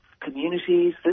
Communities